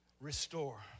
restore